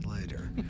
later